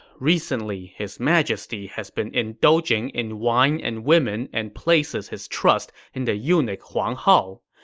recently, his majesty has been indulging in wine and women and places his trust in the eunuch huang hao.